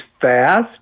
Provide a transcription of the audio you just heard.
fast